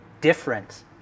different